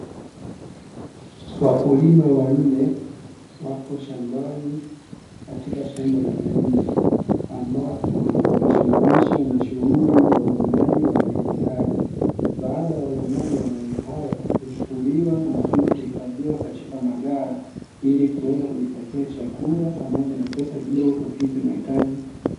Wakulima wanne wapo shambani, katika shamba la mahindi. Ambapo wanajishughulisha na shughuli ya uvunaji wa mahindi hayo. Baada ya uvunaji wa mahindi hayo, huchukuliwa na kwenda kuhifadhiwa katika maghala, ili kuweza kujipatia chakula pamoja na pesa kidogo kukidhi mahitaji.